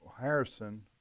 Harrison